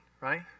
right